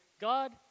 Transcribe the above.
God